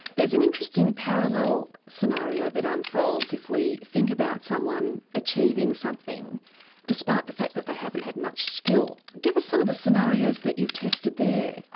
there's an interesting parallel scenario that unfolds if we think about someone achieving something despite the fact that they haven't had much skill. gives us some of the scenarios that you've tested there?